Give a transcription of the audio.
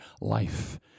life